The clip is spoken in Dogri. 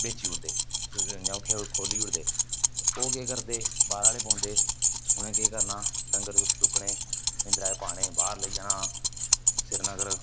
बेची ओड़दे केईं बारी इयां खोली ओड़दे ओह् केह् करदे बाह्र आह्ले पौंदे उ'नें केह् करना डंगर चुक्कने माहिन्द्रा च पान्ने बाह्र लेई जाना श्रीनगर